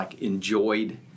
enjoyed